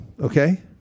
Okay